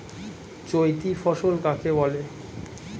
চৈতি ফসল কাকে বলে?